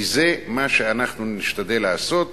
כי זה מה שאנחנו נשתדל לעשות